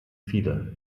viele